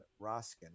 Roskin